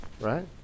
Right